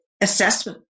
assessment